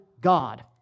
God